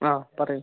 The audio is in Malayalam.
ആ പറയൂ